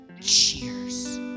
cheers